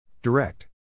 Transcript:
Direct